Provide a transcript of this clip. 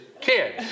kids